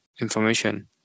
information